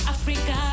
Africa